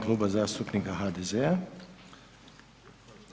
Kluba zastupnika HDZ-a.